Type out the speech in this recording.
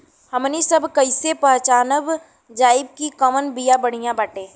हमनी सभ कईसे पहचानब जाइब की कवन बिया बढ़ियां बाटे?